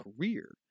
career